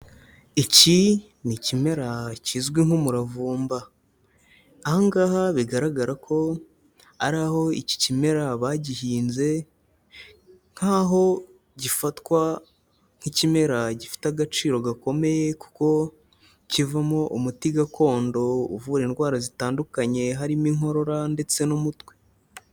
Iki ni ikimera kizwi nk'umuravumba, aha ngaha bigaragara ko ari aho iki kimera bagihinze, nkaho gifatwa nk'ikimera gifite agaciro gakomeye, kuko kivamo umuti gakondo uvura indwara zitandukanye, harimo inkorora ndetse n'umutwe.